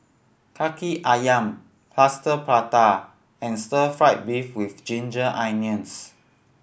Kaki Ayam Plaster Prata and stir fried beef with ginger onions